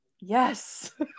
Yes